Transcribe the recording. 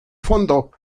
fondo